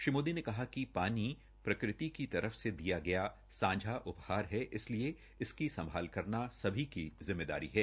श्री मोदी ने कहा कि पानी प्रकृति की तरफ से दिया गया सांझा उपहार है इसलिए इसकी संभाल करना सभी की जिम्मेदारी है